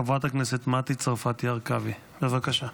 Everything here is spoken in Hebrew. חברת הכנסת מטי צרפתי הרכבי, בבקשה.